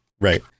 Right